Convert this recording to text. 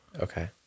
Okay